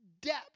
depth